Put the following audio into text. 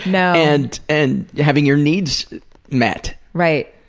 yeah and and having your needs met. right.